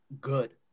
good